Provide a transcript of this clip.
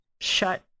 Shut